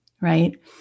Right